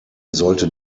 sollte